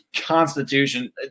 Constitution